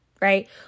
right